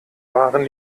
waren